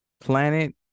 planet